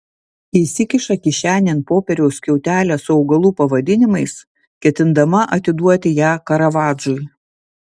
įsikiša kišenėn popieriaus skiautelę su augalų pavadinimais ketindama atiduoti ją karavadžui